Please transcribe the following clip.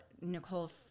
Nicole